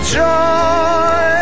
joy